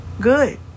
Good